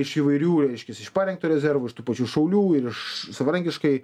iš įvairių reiškias iš parengto rezervo iš tų pačių šaulių ir iš savarankiškai